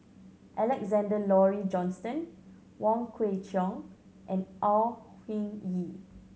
Alexander Laurie Johnston Wong Kwei Cheong and Au Hing Yee